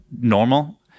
normal